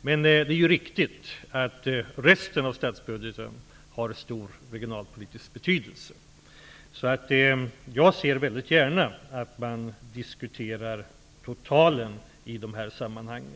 Men det är riktigt att också resten av statsbudgeten har stor regionalpolitisk betydelse. Jag ser gärna att man har ett totalperspektiv i dessa sammanhang.